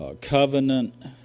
covenant